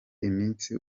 iminsi